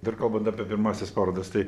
dar kalbant apie pirmąsias parodas tai